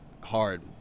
hard